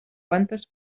quantes